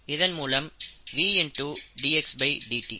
இதன் மூலம் கிடைப்பது V dxdt